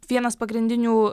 vienas pagrindinių